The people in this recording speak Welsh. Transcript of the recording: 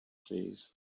plîs